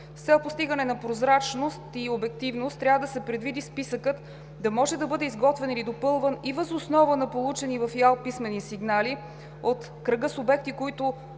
За постигане на прозрачност и обективност трябва да се предвиди списъкът да може да бъде изготвен или допълван и въз основа на получени в ИАЛ писмени сигнали от кръга субекти, които